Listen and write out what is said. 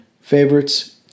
favorites